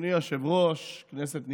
אדוני היושב-ראש, כנסת נכבדה,